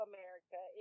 America